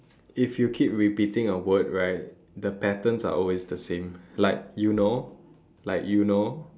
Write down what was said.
if you keep repeating a word right the patterns are always the same like you know like you know